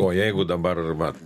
o jeigu dabar va